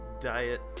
diet